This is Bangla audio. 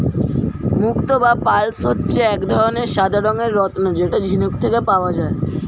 মুক্তো বা পার্লস মানে হচ্ছে এক ধরনের সাদা রঙের রত্ন যেটা ঝিনুক থেকে পাওয়া যায়